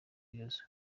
ibibazo